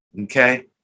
okay